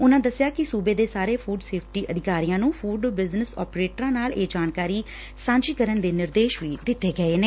ਉਨੂਾ ਦੱਸਿਆ ਕਿ ਸੂਬੇ ਦੇ ਸਾਰੇ ਫੂਡ ਸੇਫਟੀ ਅਧਿਕਾਰੀਆਂ ਨੂੰ ਫੂਡ ਬਿਜ਼ਨਸ ਓਪਰੇਟਰਾਂ ਨਾਲ ਇਹ ਜਾਣਕਾਰੀ ਸਾਂਝੀ ਕਰਨ ਦੇ ਨਿਰਦੇਸ਼ ਵੀ ਦਿੱਤੇ ਗਏ ਨੇ